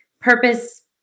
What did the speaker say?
purpose